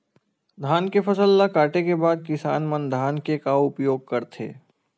धान के फसल ला काटे के बाद किसान मन धान के का उपयोग करथे?